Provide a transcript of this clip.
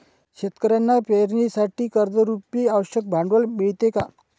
शेतकऱ्यांना पेरणीसाठी कर्जरुपी आवश्यक भांडवल मिळते का?